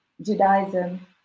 Judaism